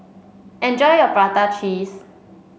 enjoy your Prata Cheese